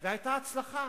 והיתה הצלחה.